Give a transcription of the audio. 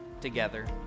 together